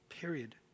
period